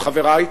או חברי,